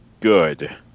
good